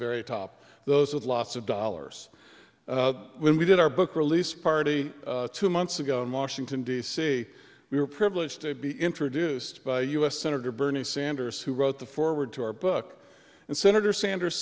very top those with lots of dollars when we did our book release party two months ago in washington d c we were privileged to be introduced by u s senator bernie sanders who wrote the forward to our book and senator sanders